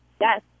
Yes